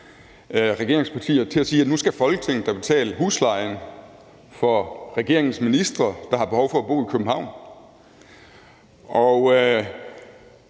regeringspartier til at sige, at nu skal Folketinget da betale huslejen for regeringens ministre, der har behov for at bo i København. Og